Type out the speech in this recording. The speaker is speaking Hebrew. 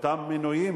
אותם מנויים,